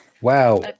Wow